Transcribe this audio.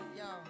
yo